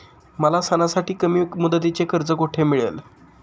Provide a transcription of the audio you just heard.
मला सणासाठी कमी मुदतीचे कर्ज कोठे मिळेल?